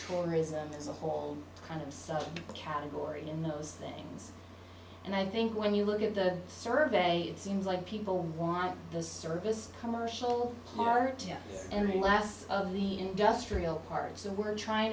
tourism as a whole kind of category in those things and i think when you look at the survey it seems like people want the service commercial heart and the last of the industrial parks and we're trying